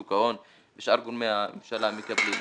שוק ההון ושאר גורמי הממשלה מקבלים אותה,